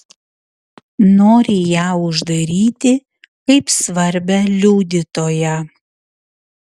nori ją uždaryti kaip svarbią liudytoją